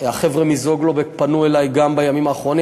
חלק גדול מכלובי הפטם אינם מתאימים,